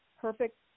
perfect